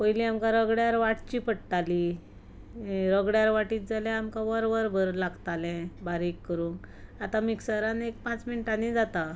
पयलीं आमकां रगड्यार वांटची पडटाली रगड्यार वांटीत जाल्यार आमकां वर वरभर लागतालें बारीक करूंक आतां मिक्सरांत एक पांच मिनटांनी जाता